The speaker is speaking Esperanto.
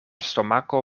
stomako